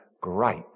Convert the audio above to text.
great